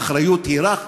האחריות היא רק,